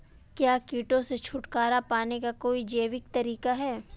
क्या कीटों से छुटकारा पाने का कोई जैविक तरीका है?